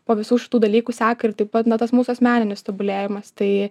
po visų šitų dalykų seka ir taip pat na tas mūsų asmeninis tobulėjimas tai